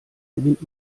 gewinnt